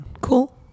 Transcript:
cool